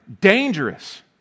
dangerous